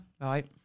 right